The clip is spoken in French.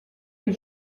des